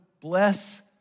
bless